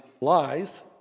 lies